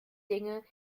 dinge